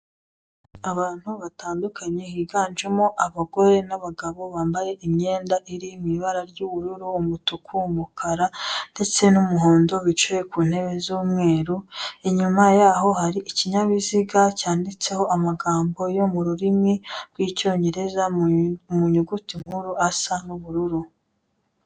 Abantu batandukanye higanjemo abagore n'abagabo bambaye imyenda iri mu ibara ry'ubururu, umutuku, umukara, ndetse n'umuhondo, bicaye ku ntebe z'umweru, inyuma yaho hari ikinyabiziga cyanditseho amagambo yo mu rurimi rw'icyongereza, mu nyuguti nkuru asa n'ubururu.